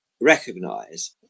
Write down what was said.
recognize